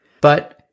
But-